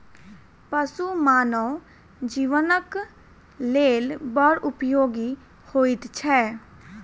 पशु मानव जीवनक लेल बड़ उपयोगी होइत छै